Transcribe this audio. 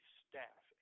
staff